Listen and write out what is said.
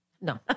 No